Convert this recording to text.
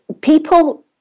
People